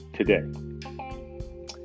today